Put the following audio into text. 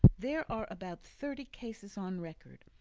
there are about thirty cases on record,